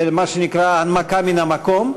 של מה שנקרא הנמקה מהמקום,